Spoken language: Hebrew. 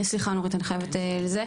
סליחה, נורית, אני חייבת לסיים.